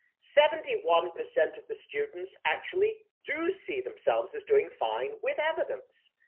seventy one percent of the students actually do see themselves as doing fine, with evidence.